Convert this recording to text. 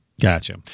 Gotcha